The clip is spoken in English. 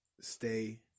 stay